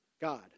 God